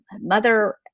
mother